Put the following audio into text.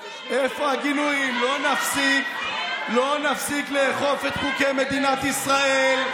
לא נפסיק לאכוף את חוקי מדינת ישראל.